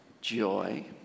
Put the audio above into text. joy